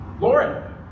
lauren